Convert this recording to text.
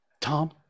Tom